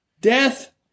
Death